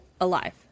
alive